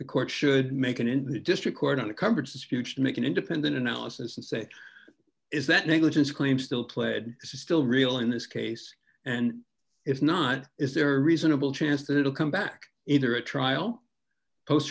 the court should make an in the district court on the congress's huge make an independent analysis and say is that negligence claim still pled still real in this case and if not is there a reasonable chance that it will come back either a trial post